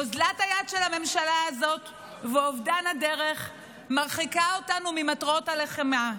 אוזלת היד של הממשלה הזאת ואובדן הדרך מרחיקים אותנו ממטרות הלחימה.